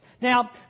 Now